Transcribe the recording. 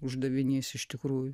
uždavinys iš tikrųjų